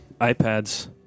iPads